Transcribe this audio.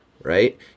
Right